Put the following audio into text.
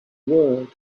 word